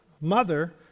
mother